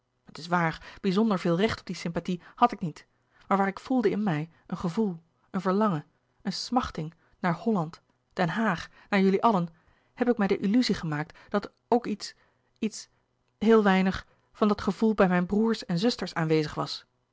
het is waar bizonder veel recht op die sympathie had ik niet maar waar ik voelde in mij een gevoel een verlangen een smachting naar holland den haag naar jullie allen heb ik mij de illuzie gemaakt dat louis couperus de boeken der kleine zielen ook iets iets heel weinig van dat gevoel bij mijn broêrs en zusters aanwezig was